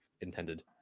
intended